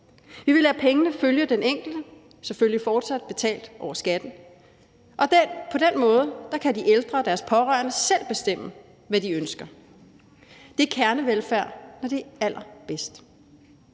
Vi vil lade pengene følge den enkelte – selvfølgelig fortsat betalt over skatten – og på den måde kan de ældre og deres pårørende selv bestemme, hvad de ønsker. Det er kernevelfærd, når det er allerbedst.